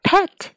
Pet